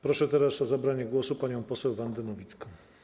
Proszę teraz o zabranie głosu panią poseł Wandę Nowicką.